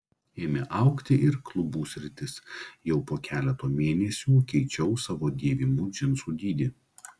ėmė augti ir klubų sritis jau po keleto mėnesių keičiau savo dėvimų džinsų dydį